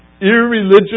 irreligious